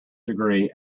degree